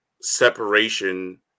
separation